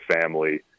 family